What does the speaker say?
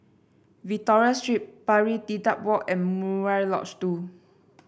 Victoria Street Pari Dedap Walk and Murai Lodge Two